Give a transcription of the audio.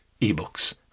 e-books